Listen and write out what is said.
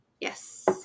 Yes